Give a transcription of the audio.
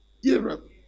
Europe